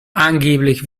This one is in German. angeblich